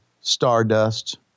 stardust